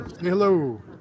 hello